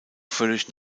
völlig